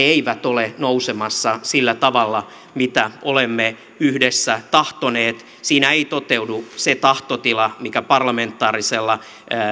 eivät ole nousemassa sillä tavalla mitä olemme yhdessä tahtoneet siinä ei toteudu se tahtotila mikä parlamentaarisella